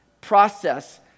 process